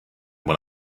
when